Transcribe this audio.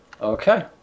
Okay